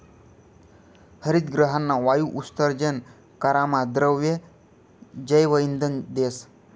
हरितगृहना वायु उत्सर्जन करामा द्रव जैवइंधन देस